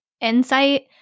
insight